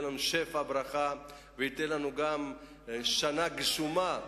לנו שפע ברכה וייתן לנו גם שנה גשומה.